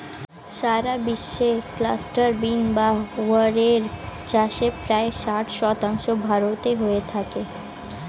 সারা বিশ্বে cluster bean বা গুয়ার এর চাষের প্রায় ষাট শতাংশ ভারতে হয়ে থাকে